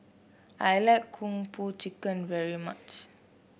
I like Kung Po Chicken very much